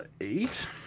Eight